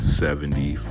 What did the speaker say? seventy